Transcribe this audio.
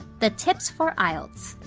the tips for ielts.